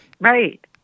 Right